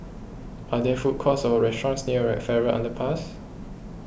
are there food courts or restaurants near Farrer Underpass